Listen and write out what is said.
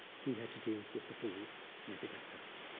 he had to deal with the fools, maybe that's us.